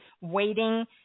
waiting